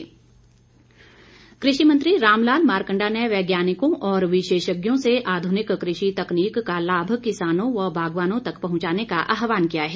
मारकंडा कृषि मंत्री रामलाल मारकंडा ने वैज्ञानिकों और विशेषज्ञों से आधुनिक कृषि तकनीक का लाभ किसानों व बागवानों तक पहुंचाने का आह्वान किया है